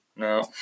No